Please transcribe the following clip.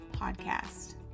Podcast